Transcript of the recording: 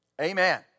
Amen